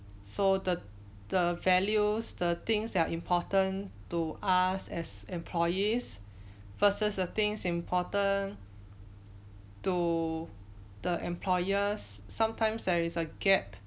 so the the values the things that are important to us as employees versus the things important to the employers sometimes there is a gap